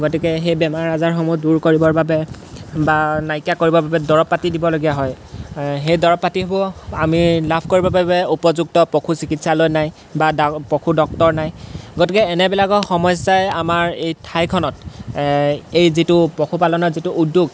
গতিকে সেই বেমাৰ আজাৰসমূহ দূৰ কৰিবৰ বাবে বা নাইকিয়া কৰিবৰ বাবে দৰব পাতি দিবলগীয়া হয় সেই দৰব পাতিসমূহ আমি লাভ কৰিবৰ বাবে উপযুক্ত পশু চিকিৎসালয় নাই বা ডা পশু ডক্তৰ নাই গতিকে এনেবিলাকৰ সমস্যাই আমাৰ এই ঠাইখনত এই যিটো পশুপালনৰ যিটো উদ্যোগ